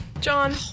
John